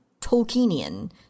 Tolkienian